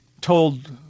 told